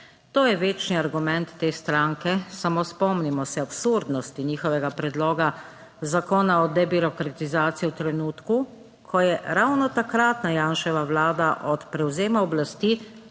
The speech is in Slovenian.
To je večni argument te stranke; samo spomnimo se absurdnosti njihovega Predloga zakona o debirokratizaciji v trenutku, ko je ravno takratna Janševa vlada od prevzema oblasti